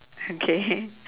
okay